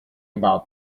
about